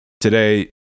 today